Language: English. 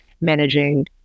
Managing